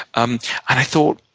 um i thought,